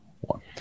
one